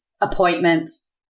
appointments